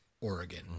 Oregon